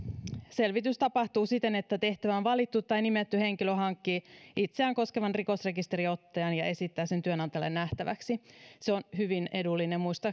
selvitys tapahtuu siten että tehtävään valittu tai nimetty henkilö hankkii itseään koskevan rikosrekisteriotteen ja esittää sen työnantajalle nähtäväksi se on hyvin edullinen